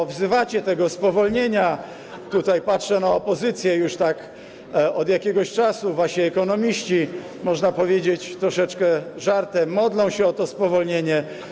A wzywacie spowolnienia - tutaj patrzę na opozycję - już tak od jakiegoś czasu wasi ekonomiści, można powiedzieć troszeczkę żartem, modlą się o to spowolnienie.